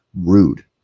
Rude